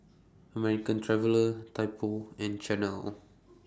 American Traveller Typo and Chanel